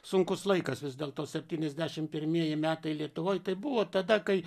sunkus laikas vis dėlto septyniasdešimt pirmieji metai lietuvoj tai buvo tada kai